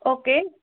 okay